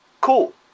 Cool